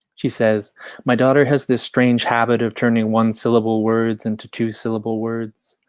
she says my daughter has this strange habit of turning one-syllable words in to two syllable words.